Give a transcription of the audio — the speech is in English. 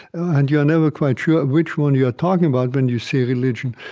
and you're never quite sure which one you're talking about when you say religion.